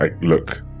look